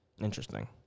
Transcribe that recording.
Interesting